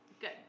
Good